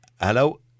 Hello